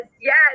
yes